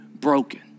broken